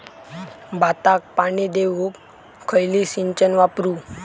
भाताक पाणी देऊक खयली सिंचन वापरू?